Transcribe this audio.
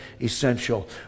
essential